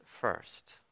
first